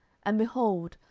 and, behold,